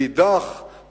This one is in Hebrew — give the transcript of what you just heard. מאידך גיסא,